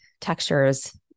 textures